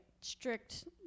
strict